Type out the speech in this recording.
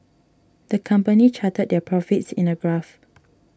the company charted their profits in a graph